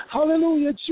Hallelujah